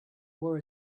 war